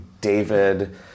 David